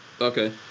Okay